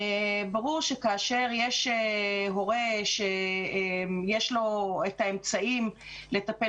ברור שכאשר יש הורה שיש לו את האמצעים לטפל